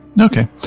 Okay